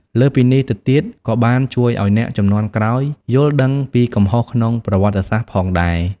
លើសពីនេះទៅទៀតក៏បានជួយឲ្យអ្នកជំនាន់ក្រោយយល់ដឹងពីកំហុសក្នុងប្រវត្តិសាស្ត្រផងដែរ។